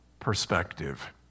perspective